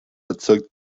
erzeugt